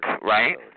right